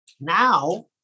Now